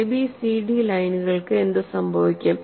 AB CD ലൈനുകൾക്ക് എന്ത് സംഭവിക്കും